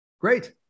Great